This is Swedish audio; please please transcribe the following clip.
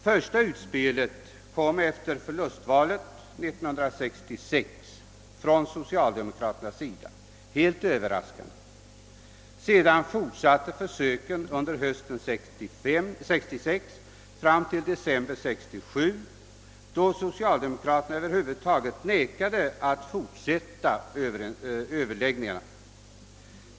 Första utspelet kom helt överraskande efter förlustvalet 1966 från socialdemokraterna. Sedan fortsatte försöken till förhandlingar under hösten 1966 och fram till december 1967, då socialdemokraterna vägrade att över huvud taget fortsätta förhandlingarna.